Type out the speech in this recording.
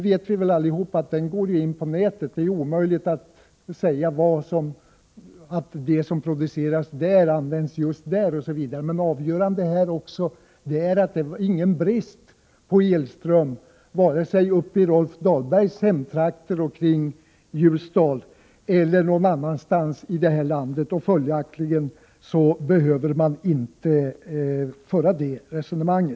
Men vi vet ju alla att energin går över det stora nätet och att det är omöjligt att säga att det som produceras på en plats används just på den platsen. Vad som är avgörande är att det inte råder någon brist på elström vare sig uppe i Rolf Dahlbergs hemtrakter och i området kring Ljusdal eller någon annanstans i vårt land. Följaktligen behöver man inte föra ett sådant resonemang.